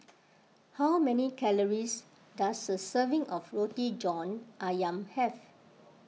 how many calories does a serving of Roti John Ayam have